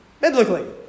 Biblically